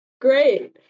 great